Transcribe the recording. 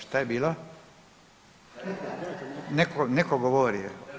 Šta je bilo? … [[Upadica: Ne razumije se.]] Netko govori.